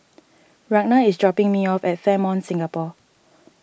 Ragna is dropping me off at Fairmont Singapore